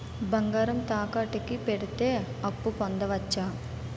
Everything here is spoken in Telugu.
బంగారం తాకట్టు కి పెడితే అప్పు పొందవచ్చ?